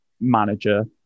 manager